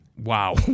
Wow